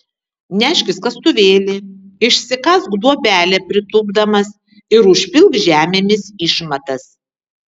neškis kastuvėlį išsikask duobelę pritūpdamas ir užpilk žemėmis išmatas